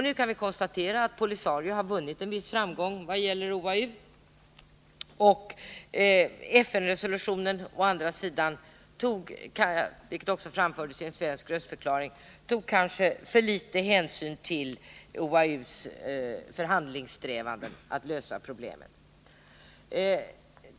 Nu kan vi konstatera att POLISARIO å ena sidan vunnit en viss framgång vad gäller OAU och att FN-resolutionen å andra sidan tog — vilket också framförts i en svensk röstförklaring — för litet hänsyn till OAU:s förhandlingssträvanden att lösa problemen.